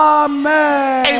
amen